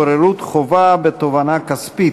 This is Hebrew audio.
בוררות חובה בתובענה כספית),